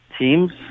teams